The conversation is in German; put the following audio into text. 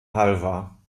halver